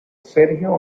sergio